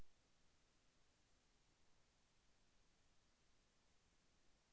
మిరపలో లద్దె పురుగు ఎలా అరికట్టాలి?